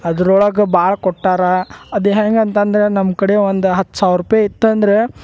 ಅದ್ರೊಳಗೆ ಭಾಳ ಕೊಟ್ಟಾರ ಅದು ಹೆಂಗಂತಂದ್ರೆ ನಮ್ಮ ಕಡೆ ಒಂದು ಹತ್ತು ಸಾವಿರ ರೂಪಾಯಿ ಇತ್ತಂದರೆ